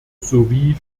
sowie